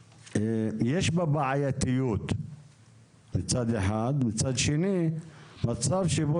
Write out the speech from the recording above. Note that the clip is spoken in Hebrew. שמצד אחד יש בה בעייתיות ומצד שני מצב שבו